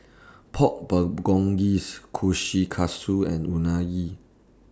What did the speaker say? Pork Bulgogi's Kushikatsu and Unagi